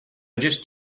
just